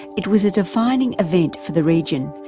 it was a defining event for the region,